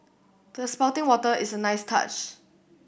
the spouting water is a nice touch